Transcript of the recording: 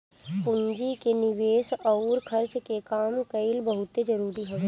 पूंजी के निवेस अउर खर्च के काम कईल बहुते जरुरी हवे